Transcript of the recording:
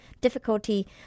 difficulty